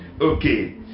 Okay